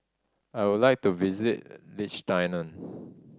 I would like to visit Liechtenstein